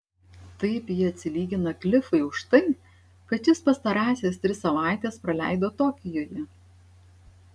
taip ji atsilygina klifui už tai kad šis pastarąsias tris savaites praleido tokijuje